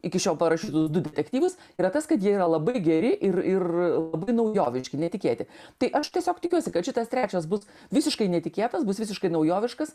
iki šiol parašytus du detektyvus yra tas kad jie yra labai geri ir ir labai naujoviški netikėti tai aš tiesiog tikiuosi kad šitas trečias bus visiškai netikėtas bus visiškai naujoviškas